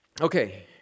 Okay